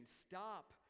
stop